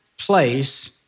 place